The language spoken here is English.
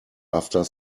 after